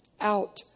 out